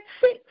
six